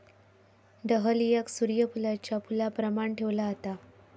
डहलियाक सूर्य फुलाच्या फुलाप्रमाण ठेवला जाता